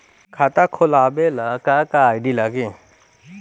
खाता खोलाबे ला का का आइडी लागी?